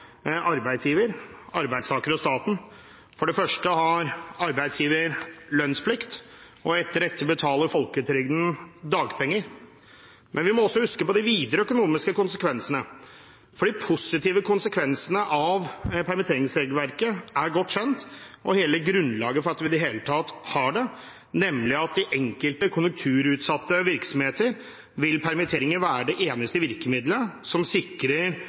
arbeidsgiver, arbeidstaker og staten. For det første har arbeidsgiver lønnsplikt, og etter dette betaler folketrygden dagpenger. Men vi må også huske på de videre økonomiske konsekvensene. De positive konsekvensene av permitteringsregelverket er godt kjent og hele grunnlaget for at vi i det hele tatt har det, nemlig at for enkelte konjunkturutsatte virksomheter vil permitteringer være det eneste virkemidlet som sikrer